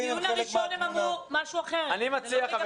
מאיר, זה לא אותו הדבר.